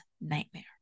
nightmare